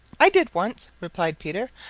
i did once, replied peter.